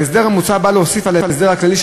ההסדר המוצע נועד להוסיף על ההסדר הכללי,